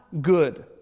good